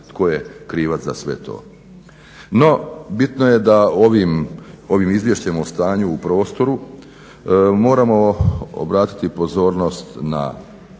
tko je krivac za sve to. No, bitno je da ovim Izvješćem o stanju u prostoru moramo obratiti pozornost na